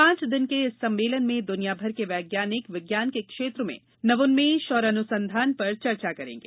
पांच दिन के इस सम्मेलन में दुनियाभर के वैज्ञानिक विज्ञान के क्षेत्र में नवोन्मेष और अनुसंधान पर चर्चा करेंगे